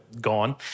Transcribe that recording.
Gone